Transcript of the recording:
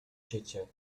życie